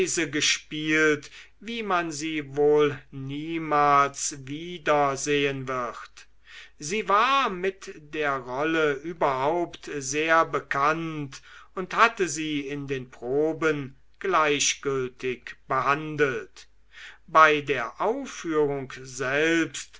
gespielt wie man sie wohl niemals wieder sehen wird sie war mit der rolle überhaupt sehr bekannt und hatte sie in den proben gleichgültig behandelt bei der aufführung selbst